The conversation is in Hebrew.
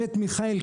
מיכאל,